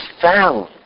found